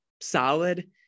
solid